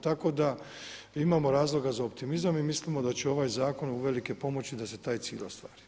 Tako da imamo razloga za optimizam i mislimo da će ovaj Zakon uvelike pomoći da se taj cilj ostvari.